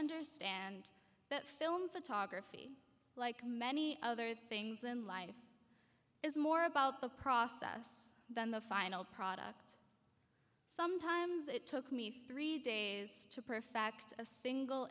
understand that film photography like many other things in life is more about the process than the final product sometimes it took me three days to perfect a single